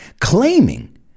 claiming